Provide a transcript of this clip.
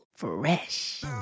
Fresh